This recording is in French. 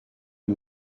est